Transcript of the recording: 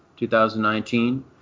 2019